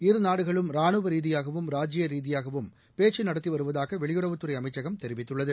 இருநாடுகளும் ராணுவ ரீதியாகவும் ராஜிய ரீதியாகவும் பேச்சு நடத்தி வருவதாக வெளியுறவுத் துறை அமைச்சகம் தெரிவித்துள்ளது